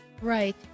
Right